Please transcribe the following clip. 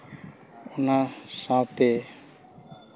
ᱚᱱᱟ ᱥᱟᱶᱛᱮ